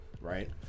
right